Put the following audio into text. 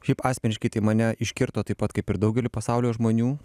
šiaip asmeniškai tai mane iškirto taip pat kaip ir daugelį pasaulio žmonių